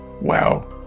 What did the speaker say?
wow